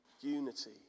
unity